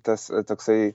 tas toksai